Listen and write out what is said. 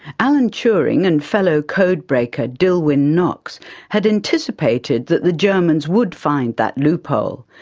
alan turing and fellow code breaker dillwyn knox had anticipated that the germans would find that loophole,